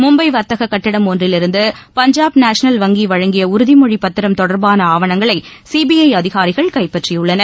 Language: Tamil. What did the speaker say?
மும்பை வர்த்தக கட்டிடம் ஒன்றிலிருந்து பஞ்சாப் நேஷனல் வங்கி வங்கி வழங்கிய உறுதிமொழி பத்திரம் தொடர்பான ஆவணங்களை சிபிஐ அதிகாரிகள் கைப்பற்றியுள்ளனர்